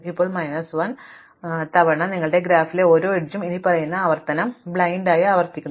ഇപ്പോൾ മൈനസ് 1 തവണ നിങ്ങളുടെ ഗ്രാഫിലെ ഓരോ അരികിലും ഇനിപ്പറയുന്ന പ്രവർത്തനം അന്ധമായി ആവർത്തിക്കുന്നു